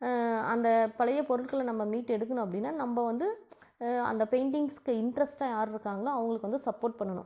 அந்த பழைய பொருட்களை நம்ம மீட்டு எடுக்கணும் அப்படினா நம்ப வந்து அந்த பெயிண்டிங்ஸ்க்கு இன்ட்ரஸ்டாக யார் இருக்காங்களோ அவங்களுக்கு வந்து சப்போர்ட் பண்ணனும்